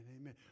amen